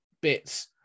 bits